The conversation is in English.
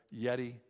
Yeti